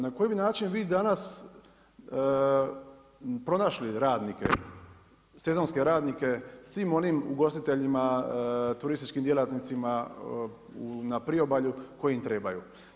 Na koji bi način vi danas pronašli radnike, sezonske radnike svim onim ugostiteljima, turističkim djelatnicima na priobalju koji im trebaju.